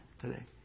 today